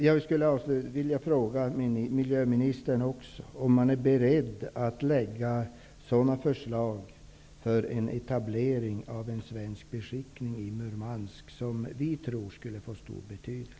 Jag vill avslutningsvis fråga miljöministern om han är beredd att lägga fram förslag för en etablering av en svensk beskickning i Murmansk, något som vi tror skulle få stor betydelse.